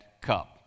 cup